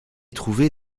trouver